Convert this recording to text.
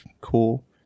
cool